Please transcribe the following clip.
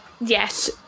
yes